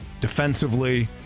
defensively